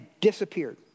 disappeared